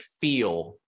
feel